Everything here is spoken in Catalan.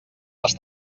les